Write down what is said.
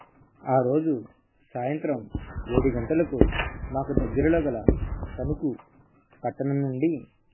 ఆ రోజు సాయంత్రం ఏడు గంటలకు మాకు దగ్గరలో గల తణుకు పట్టణం నుండి